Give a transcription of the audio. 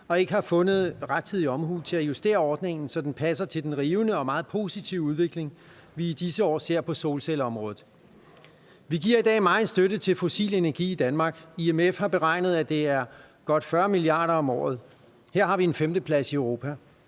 og ikke har fundet rettidig omhu til at justere ordningen, så den passer til den rivende og meget positive udvikling, vi i disse år ser på solcelleområdet. Vi giver i dag meget støtte til fossil energi i Danmark. IMF har beregnet, at det er godt 40 mia. kr. om året. Her har vi en femteplads i Europa.